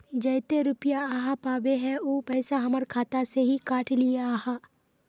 जयते रुपया आहाँ पाबे है उ पैसा हमर खाता से हि काट लिये आहाँ?